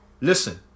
listen